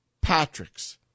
Patrick's